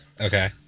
Okay